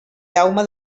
jaume